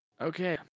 Okay